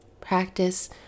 Practice